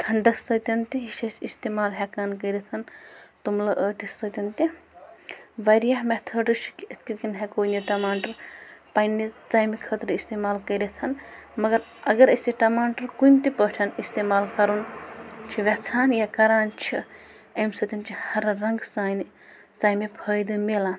کھنٛڈَس سۭتۍ تہِ یہِ چھِ أسۍ اِستعمال ہٮ۪کان کٔرِتھ توٚملہٕ ٲٹِس سۭتۍ تہٕ وارِیاہ مٮ۪تھٲڈٕس چھِ کہِ أسۍ کِتھ کٔنۍ ہٮ۪کو یہِ ٹَماٹر پنٛنہِ ژَمہِ خٲطرٕ اِستعمال کٔرِتھ مگر اگر أسۍ یہِ ٹَماٹر کُنہِ تہِ پٲٹھۍ اِستعمال کَرُن چھِ یَژھان یا کران چھِ اَمہِ سۭتۍ چھِ ہَر رنٛگہٕ سانہِ ژَمہِ فٲیدٕ مِلان